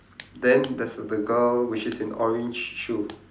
then there's a the girl which is in orange shoe